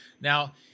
Now